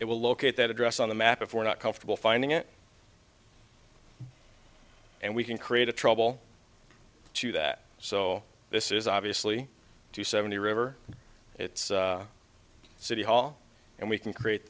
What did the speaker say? it will look at that address on the map if we're not comfortable finding it and we can create a trouble to that so this is obviously to seventy river it's city hall and we can